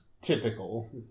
typical